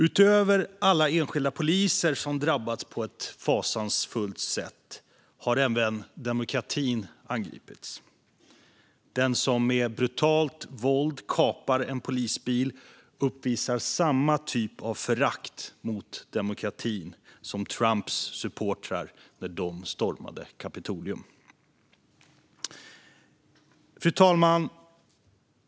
Utöver att de enskilda poliserna har drabbats på ett fasansfullt sätt har även demokratin angripits. Den som med brutalt våld kapar en polisbil uppvisar samma typ av förakt mot demokratin som Trumps supportrar gjorde när de stormade Kapitolium. Fru talman!